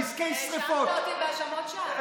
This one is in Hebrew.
נזקי שרפות, האשמת אותי בהאשמות שווא.